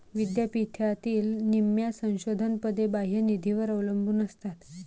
विद्यापीठातील निम्म्या संशोधन पदे बाह्य निधीवर अवलंबून असतात